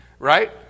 right